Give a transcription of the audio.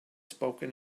spoken